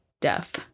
death